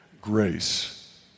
grace